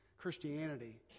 Christianity